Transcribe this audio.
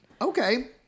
Okay